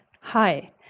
Hi